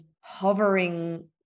hovering